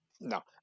No